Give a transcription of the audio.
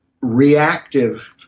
reactive